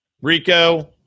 Rico